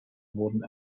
wurden